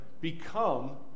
become